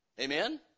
Amen